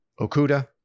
Okuda